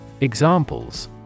Examples